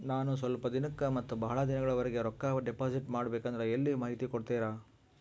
ನಾನು ಸ್ವಲ್ಪ ದಿನಕ್ಕ ಮತ್ತ ಬಹಳ ದಿನಗಳವರೆಗೆ ರೊಕ್ಕ ಡಿಪಾಸಿಟ್ ಮಾಡಬೇಕಂದ್ರ ಎಲ್ಲಿ ಮಾಹಿತಿ ಕೊಡ್ತೇರಾ?